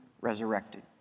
resurrected